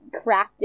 crafted